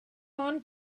ond